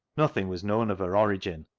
nothing was known of her origin,